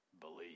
believe